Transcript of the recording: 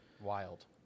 Wild